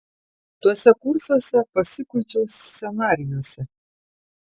tuose kursuose pasikuičiau scenarijuose